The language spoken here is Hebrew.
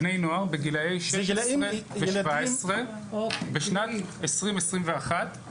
בני נוער בגילאי 16-17 בשנת 2021,